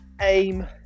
Aim